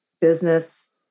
business